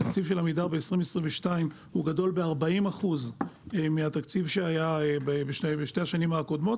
התקציב של עמידר ב-2022 גדול ב-40% מהתקציב שהיה בשנתיים הקודמות,